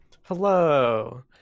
Hello